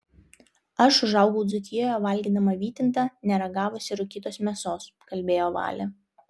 aš užaugau dzūkijoje valgydama vytintą neragavusi rūkytos mėsos kalbėjo valė